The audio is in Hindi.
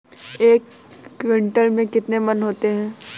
एक क्विंटल में कितने मन होते हैं?